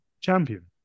champion